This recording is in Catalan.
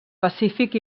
pacífic